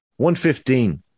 115